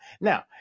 Now